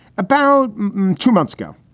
about two months ago,